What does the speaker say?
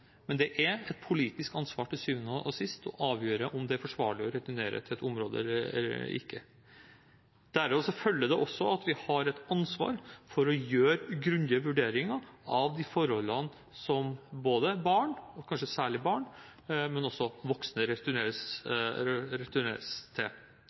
men det er et politisk ansvar til syvende og sist å avgjøre om det er forsvarlig å returnere til et område eller ikke. Derav følger det også at vi har et ansvar for å gjøre grundige vurderinger av de forholdene som både barn – kanskje særlig barn – og voksne returneres til.